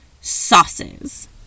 sauces